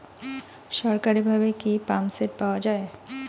সরকারিভাবে কি পাম্পসেট পাওয়া যায়?